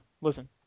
listen